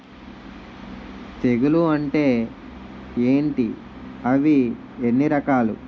తెగులు అంటే ఏంటి అవి ఎన్ని రకాలు?